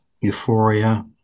euphoria